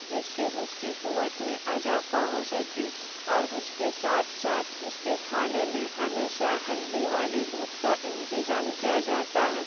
جس سے اس کی قوت میں اضافہ ہو سکے اور اس کے ساتھ ساتھ اس کے کھانے میں ہمیشہ ہلدی والے دودھ کا انتظام کیا جاتا ہے